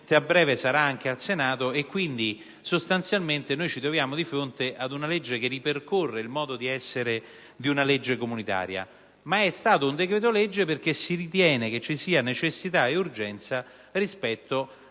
a breve sarà anche al Senato. Quindi, in pratica, ci troviamo di fronte ad una legge che ripercorre il modo di essere di una legge comunitaria. Ma si tratta di un decreto-legge perché si ritiene vi siano necessità e urgenza rispetto